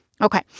Okay